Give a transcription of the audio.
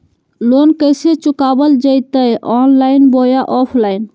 Loan कैसे चुकाबल जयते ऑनलाइन बोया ऑफलाइन?